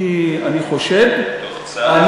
אני חושד, בתוך צה"ל?